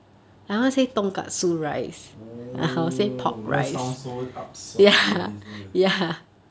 oh that sounds so ups